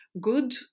good